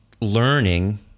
learning